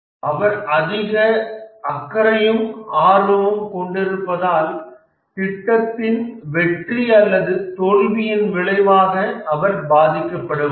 அவர் அதிக அக்கறையும் ஆர்வமும் கொண்டிருப்பதால் திட்டத்தின் வெற்றி அல்லது தோல்வியின் விளைவாக அவர் பாதிக்கப்படுவார்